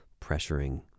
pressuring